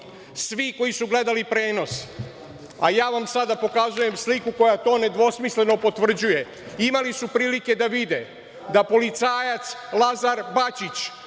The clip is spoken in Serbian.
Svi koji su gledali prenos, a ja vam sada pokazujem sliku koja to nedvosmisleno potvrđuje, imali su prilike da vide da policajac Lazar Bačić